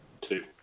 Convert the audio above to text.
Two